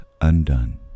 undone